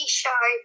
show